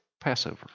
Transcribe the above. Passover